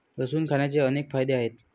लसूण खाण्याचे अनेक फायदे आहेत